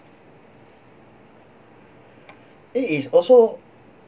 it is also